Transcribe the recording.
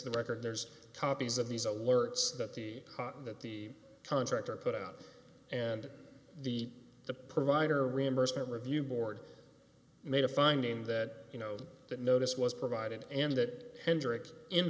the record there's copies of these alerts that the that the contractor put out and the the provider reimbursement review board made a finding that you know that notice was provided and that hendrix in